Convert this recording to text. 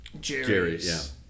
Jerry's